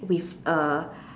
with a